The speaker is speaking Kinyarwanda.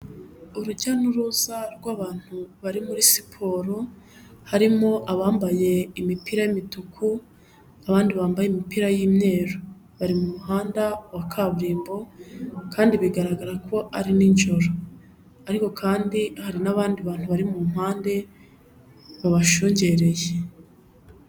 Urujya n'uruza rw'abantu bari muri siporo, harimo abambaye imipira y'imituku, abandi bambaye imipira y'imyeru. Bari mu muhanda wa kaburimbo kandi bigaragara ko ari nijoro ariko kandi hari n'abandi bantu bari mu mpande, babashungereye.